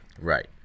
Right